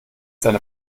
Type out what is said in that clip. seine